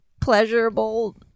pleasurable